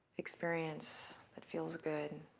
experience that feels good.